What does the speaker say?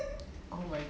oh my god